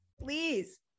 please